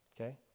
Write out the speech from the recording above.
Okay